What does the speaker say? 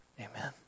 Amen